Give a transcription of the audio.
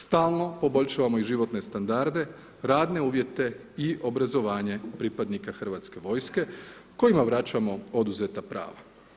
Stalno poboljšavamo i životne standarde, radne uvjete i obrazovanje pripadnika hrvatske vojske kojima vraćamo oduzeta prava.